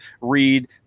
read